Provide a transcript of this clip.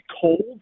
Cold